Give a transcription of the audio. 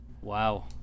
Wow